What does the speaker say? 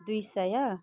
दुई सय